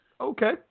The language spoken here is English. okay